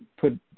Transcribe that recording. put